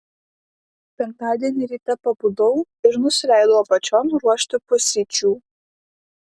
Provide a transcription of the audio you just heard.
penktadienį ryte pabudau ir nusileidau apačion ruošti pusryčių